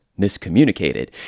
miscommunicated